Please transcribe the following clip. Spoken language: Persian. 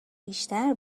بیشتر